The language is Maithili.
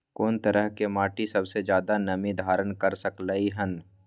कोन तरह के माटी सबसे ज्यादा नमी धारण कर सकलय हन?